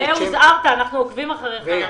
ראה הוזהרת, אנחנו עוקבים אחריך.